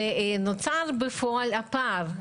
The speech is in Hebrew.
נוצר בפועל הפער.